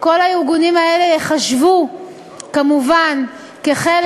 כל הארגונים האלה ייחשבו כמובן לחלק